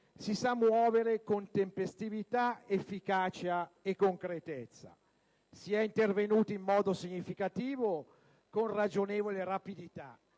si sanno muovere con tempestività, efficacia e concretezza. Si è intervenuti in modo significativo con ragionevole rapidità